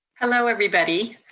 hello, everybody.